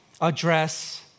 address